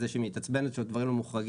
את זה שהיא מתעצבנת שהדברים לא מוחרגים,